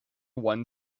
one